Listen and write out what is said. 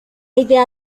idea